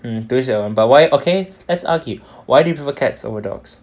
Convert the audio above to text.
mm 对 but why okay let's argue why do you prefer cats over dogs